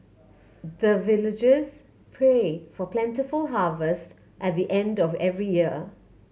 the villagers pray for plentiful harvest at the end of every year